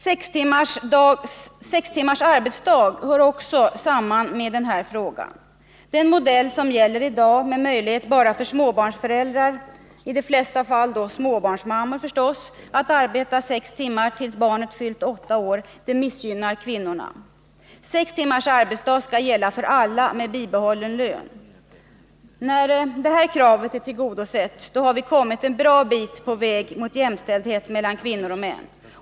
Sex timmars arbetsdag hör också samman med den här frågan. Den modell som gäller i dag, med möjlighet bara för småbarnsföräldrar — i de flesta fall då småbarnsmammor förstås — att arbeta sex timmar, tills barnet fyllt åtta år, missgynnar kvinnorna. Sex timmars arbetsdag skall gälla för alla, med bibehållen lön. När detta krav är tillgodosett har vi kommit en bra bit på väg mot jämställdhet mellan kvinnor och män.